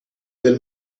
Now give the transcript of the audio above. del